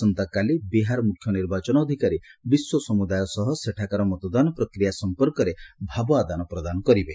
ଆସନ୍ତାକାଲି ବିହାର ମୁଖ୍ୟ ନିର୍ବାଚନ ଅଧିକାରୀ ବିଶ୍ୱ ସମୁଦାୟ ସହ ସେଠାକାର ମତଦାନ ପ୍ରକ୍ରିୟା ସମ୍ପର୍କରେ ଭାବ ଆଦାନ ପ୍ରଦାନ କରିବେ